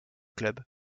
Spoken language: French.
clubs